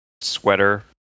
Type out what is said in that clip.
sweater